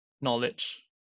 knowledge